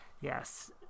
yes